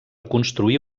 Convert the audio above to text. construir